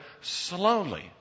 slowly